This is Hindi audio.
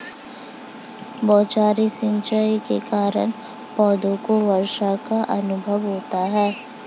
बौछारी सिंचाई के कारण पौधों को वर्षा का अनुभव होता है